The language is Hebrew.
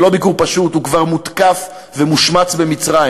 זה לא ביקור פשוט, הוא כבר מותקף ומושמץ במצרים.